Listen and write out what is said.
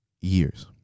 years